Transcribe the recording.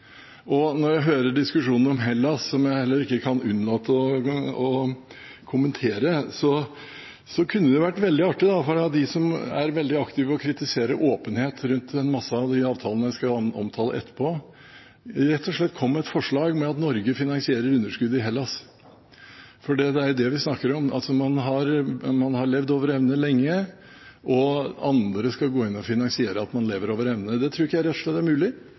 Når jeg hører diskusjonen om Hellas, som jeg heller ikke kan unnlate å kommentere, kunne det vært veldig artig om de som er veldig aktive i å kritisere åpenheten rundt mange av de avtalene jeg skal omtale etterpå, rett og slett kom med et forslag om at Norge finansierer underskuddet i Hellas. For det er jo det vi snakker om, at man har levd over evne lenge og andre skal gå inn og finansiere at man lever over evne. Det tror jeg rett og slett ikke er mulig.